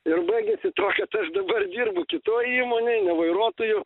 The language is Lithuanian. ir baigėsi tuo kad aš dabar dirbu kitoj įmonėj ne vairuotoju